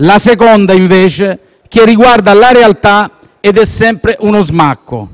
la seconda invece riguarda la realtà ed è sempre uno smacco.